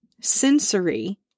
sensory